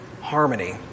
harmony